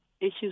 issues